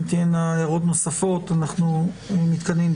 אם אין הערות נוספות, אנחנו נתקדם.